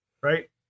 Right